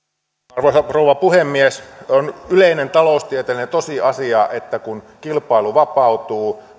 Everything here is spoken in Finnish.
arvoisa rouva puhemies on yleinen taloustieteellinen tosiasia että kun kilpailu vapautuu